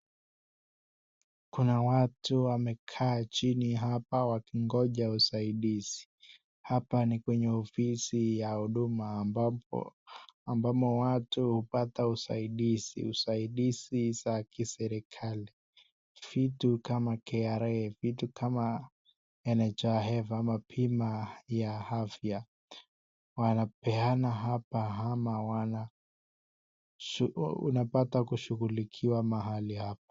Kuna watu wamekaa chini hapa wakingoja usaidizi ,hapa ni kwenye ofisi ya huduma ambamo watu hupata usaidizi ,usaidizi za kiserikali vitu kama KRA, vitu kama NHIF ama bima ya afya wanapeana hapa ama unapata kusughulikiwa mahali hapa.